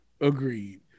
Agreed